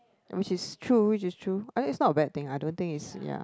I mean she's true which is true I mean it's not a bad thing I don't think is ya